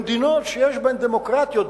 במדינות שיש בהן דמוקרטיה,